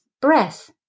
breath